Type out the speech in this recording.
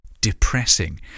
depressing